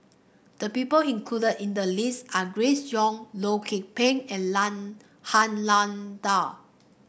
the people included in the list are Grace Young Loh Lik Peng and Han Lao Da